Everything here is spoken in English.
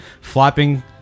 flapping